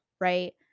right